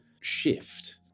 shift